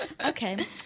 Okay